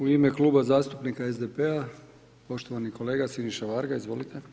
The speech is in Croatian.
U ime Kluba zastupnika SDP-a poštovani kolega Siniša Varga, izvolite.